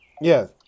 Yes